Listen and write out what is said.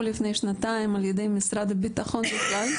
לפני שנתיים על ידי משרד הביטחון בכלל.